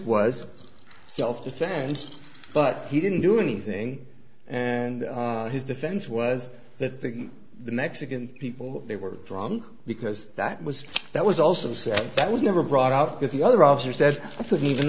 was self defense but he didn't do anything and his defense was that the mexican people they were drunk because that was that was also said that was never brought up with the other officer says that even